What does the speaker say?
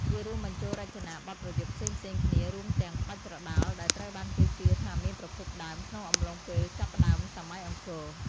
វារួមបញ្ចូលរចនាបទប្រយុទ្ធផ្សេងៗគ្នា រួមទាំង ក្បាច់ប្រដាល់ ដែលត្រូវបានគេជឿថាមានប្រភពដើមក្នុងអំឡុងពេលចាប់ផ្តើមសម័យអង្គរ។